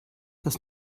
dass